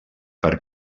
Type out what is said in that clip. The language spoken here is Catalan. per